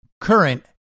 current